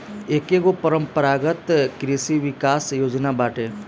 एकेगो परम्परागत कृषि विकास योजना बाटे